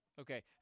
Okay